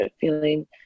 feeling